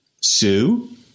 Sue